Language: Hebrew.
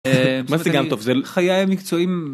מה זה זה גם טוב, זה... חיי המקצועים